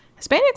Hispanics